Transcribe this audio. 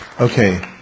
Okay